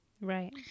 right